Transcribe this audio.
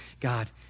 God